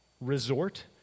resort